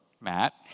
Matt